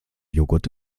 joghurt